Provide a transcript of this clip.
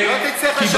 לא תצטרך לשלם שקל יותר.